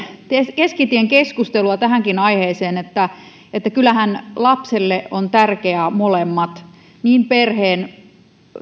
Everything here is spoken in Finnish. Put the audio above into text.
keskitien keskustelua tähänkin aiheeseen kyllähän lapselle ovat tärkeitä molemmat niin perheen